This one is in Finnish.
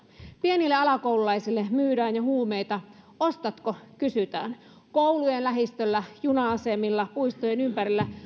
pienille alakoululaisille myydään jo huumeita ostatko kysytään koulujen lähistöllä juna asemilla puistojen ympärillä